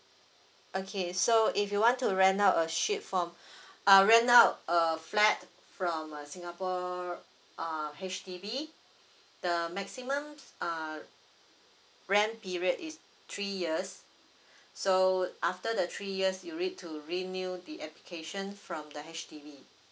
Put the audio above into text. okay so if you want to rent out a sheet from uh rent out a flat from uh singapore uh H_D_B the maximum uh rent period is three years so after the three years you need to renew the application from the H_D_B